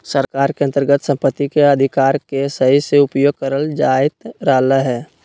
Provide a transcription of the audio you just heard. सरकार के अन्तर्गत सम्पत्ति के अधिकार के सही से उपयोग करल जायत रहलय हें